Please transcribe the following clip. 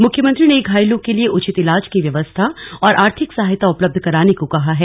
मुख्यमंत्री ने घायलों के लिए उचित इलाज की व्यवस्था और आर्थिक सहायता उपलब्ध कराने को कहा है